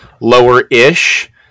lower-ish